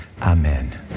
Amen